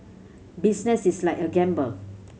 business is like a gamble